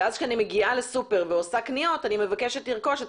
ואז כשאני מגיעה לסופר ועורכת קניות אני מבקשת לרכוש את